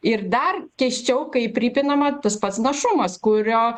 ir dar keisčiau kai pripinama tas pats našumas kurio